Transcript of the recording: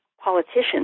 politicians